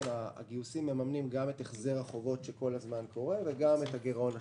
הגיוסים מממנים גם את החזר החובות שכל הזמן קורה וגם את הגירעון השוטף.